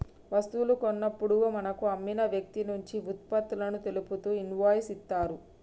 వస్తువు కొన్నప్పుడు మనకు అమ్మిన వ్యక్తినుంచి వుత్పత్తులను తెలుపుతూ ఇన్వాయిస్ ఇత్తరు